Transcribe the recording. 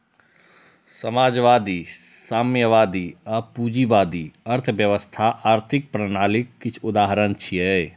समाजवादी, साम्यवादी आ पूंजीवादी अर्थव्यवस्था आर्थिक प्रणालीक किछु उदाहरण छियै